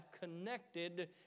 connected